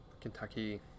Kentucky